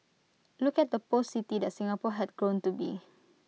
look at the post city that Singapore had grown to be